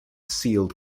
sealed